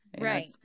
Right